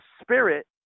spirit